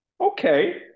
Okay